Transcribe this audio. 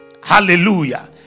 Hallelujah